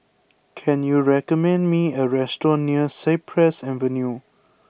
can you recommending me a restaurant near Cypress Avenue